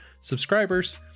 subscribers